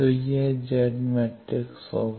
तो यह Z matrix होगा